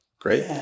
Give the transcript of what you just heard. great